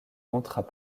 contrat